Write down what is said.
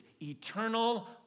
eternal